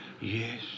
Yes